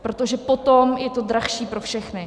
Protože potom je to dražší pro všechny.